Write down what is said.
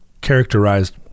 characterized